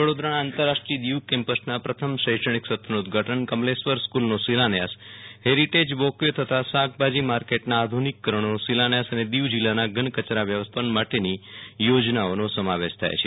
વડોદરા આંતરરાષ્ટ્રીય કેમ્પૂસ દીવનો પ્રથમ શૈક્ષણિક સત્રનું ઉદ્દઘાટન કમલેશ્વર સ્કુલનો શિલાન્યાસ હેરીટેજ વોક વે તથા શાકભાજી માંકેટના આધુ નિકરણ અને દિવ જિલ્લાના ઘન કચરા વ્યવસ્થાપન માટેની યોજનાઓનો સમાવેશ થાય છે